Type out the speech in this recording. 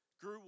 grew